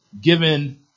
given